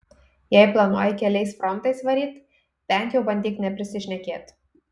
jei planuoji keliais frontais varyt bent jau bandyk neprisišnekėt